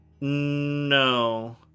No